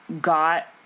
got